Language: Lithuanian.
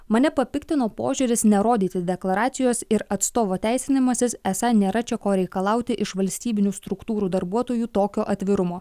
mane papiktino požiūris nerodyti deklaracijos ir atstovo teisinimasis esą nėra čia ko reikalauti iš valstybinių struktūrų darbuotojų tokio atvirumo